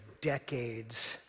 decades